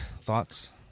thoughts